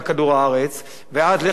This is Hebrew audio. ואז לך תמצא דרך לסתום את הבור.